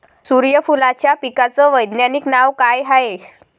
सुर्यफूलाच्या पिकाचं वैज्ञानिक नाव काय हाये?